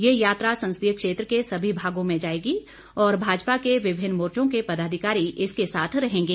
ये यात्रा संसदीय क्षेत्र के सभी भागों में जाएगी और भाजपा के विभिन्न मोर्चों के पदाधिकारी इसके साथ रहेंगे